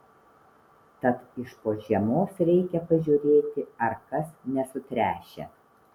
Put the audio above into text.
tad iš po žiemos reikia pažiūrėti ar kas nesutręšę